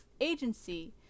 agency